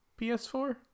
PS4